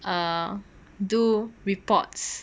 err do reports